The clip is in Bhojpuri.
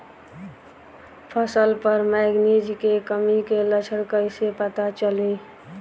फसल पर मैगनीज के कमी के लक्षण कईसे पता चली?